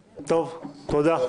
תודה.